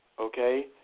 okay